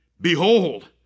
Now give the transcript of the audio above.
Behold